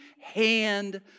hand